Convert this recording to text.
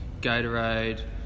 Gatorade